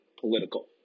political